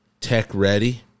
tech-ready